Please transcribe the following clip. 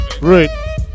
Right